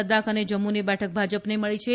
લદ્દાખ અને જમ્મુની બેઠક ભાજપને મળી છે